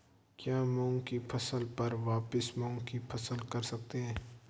क्या मूंग की फसल पर वापिस मूंग की फसल कर सकते हैं?